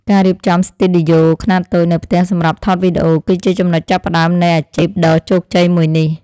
ការរៀបចំស្ទីឌីយ៉ូខ្នាតតូចនៅផ្ទះសម្រាប់ថតវីដេអូ គឺជាចំណុចចាប់ផ្តើមនៃអាជីពដ៏ជោគជ័យមួយនេះ។